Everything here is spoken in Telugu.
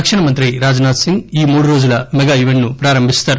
రక్షణ మంత్రి రాజ్ నాథ్ సింగ్ ఈ మూడురోజుల మెగా ఈపెంట్ ను ప్రారంభిస్తారు